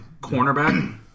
Cornerback